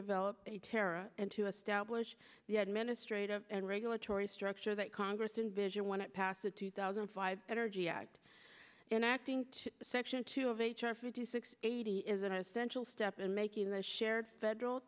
develop a terror and to establish the administrative and regulatory structure that congress in vision when it passed the two thousand and five energy act and acting to section two of h r fifty six eighty is an essential step in making the shared federal